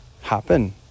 happen